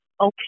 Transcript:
okay